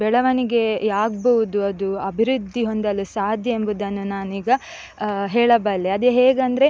ಬೆಳವಣಿಗೆ ಆಗ್ಬೋದು ಅದು ಅಭಿವೃದ್ಧಿ ಹೊಂದಲು ಸಾಧ್ಯ ಎಂಬುದನ್ನು ನಾನೀಗ ಹೇಳಬಲ್ಲೆ ಅದು ಹೇಗೆಂದ್ರೆ